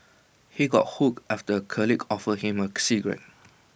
he got hooked after A colleague offered him A cigarette